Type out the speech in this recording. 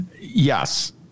yes